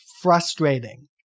frustrating